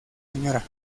sra